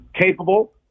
capable